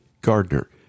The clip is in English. Gardner